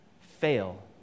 fail